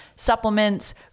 supplements